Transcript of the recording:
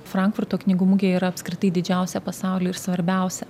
frankfurto knygų mugė yra apskritai didžiausia pasaulyje ir svarbiausia